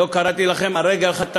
קראתי לכם על רגל אחת,